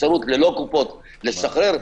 אפשרות ללא קופות לשחרר,